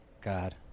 God